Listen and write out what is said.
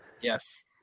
Yes